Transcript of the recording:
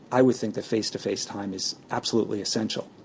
i would think that face-to-face time is absolutely essential.